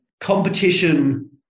competition